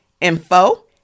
info